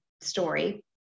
story